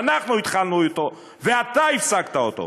שאנחנו התחלנו אותו ואתה הפסקת אותו.